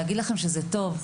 להגיד לכם שזה טוב?